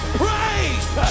praise